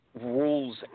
rules